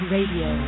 Radio